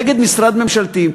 נגד משרד ממשלתי,